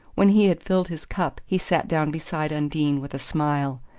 when he had filled his cup he sat down beside undine, with a smile.